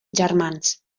germans